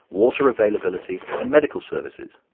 water availability, and medical services.